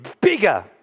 bigger